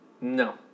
No